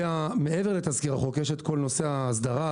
מעבר לתזכיר החוק יש את כל נושא ההסדרה,